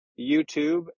YouTube